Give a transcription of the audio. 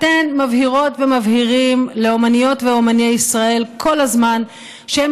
אתן מבהירות ומבהירים לאומניות ואומני ישראל כל הזמן שהם